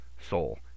soul